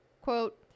quote